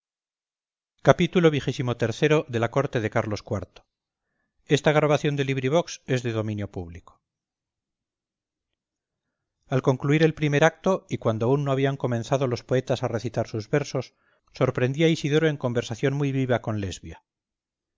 xxvi xxvii xxviii la corte de carlos iv de benito pérez galdós al concluir el primer acto y cuando aún no habían comenzado los poetas a recitar sus versos sorprendí a isidoro en conversación muy viva con lesbia